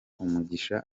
umugisha